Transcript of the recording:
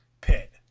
pit